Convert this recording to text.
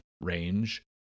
range